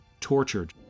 tortured